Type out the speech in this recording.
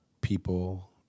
people